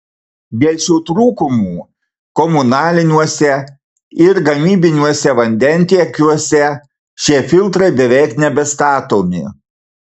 dėl šių trūkumų komunaliniuose ir gamybiniuose vandentiekiuose šie filtrai beveik nebestatomi